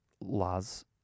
laws